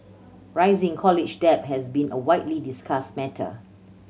rising college debt has been a widely discussed matter